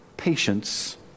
Patience